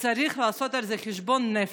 וצריך לעשות על זה חשבון נפש.